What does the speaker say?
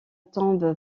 tombe